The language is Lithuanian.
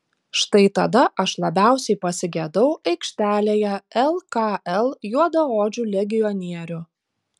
štai tada aš labiausiai pasigedau aikštelėje lkl juodaodžių legionierių